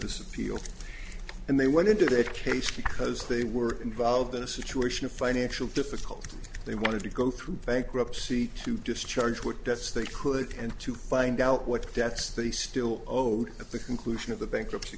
this appeal and they went into that case because they were involved in a situation of financial difficulty they wanted to go through bankruptcy to discharge what debts they could and to find out what debts they still owed at the conclusion of the bankruptcy